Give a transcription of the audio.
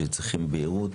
שצריכים בהירות.